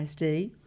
ISD